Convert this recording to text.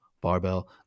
barbell